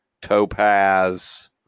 Topaz